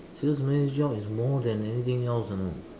sales manager job is more than anything else you know